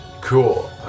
Cool